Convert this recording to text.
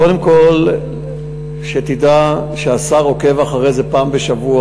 קודם כול שתדע שהשר עוקב אחרי זה פעם בשבוע.